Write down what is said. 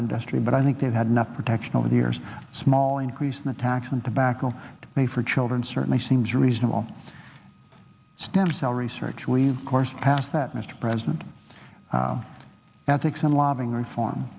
industry but i think they've had enough protection over the years small increase in the tax on tobacco made for children certainly seems reasonable stem cell research we've course passed that mr president the ethics and lobbying reform